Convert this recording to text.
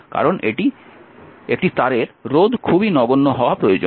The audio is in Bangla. কারণ একটি তারের রোধ খুবই নগণ্য হওয়া প্রয়োজন